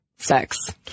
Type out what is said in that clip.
Sex